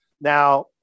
Now